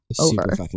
over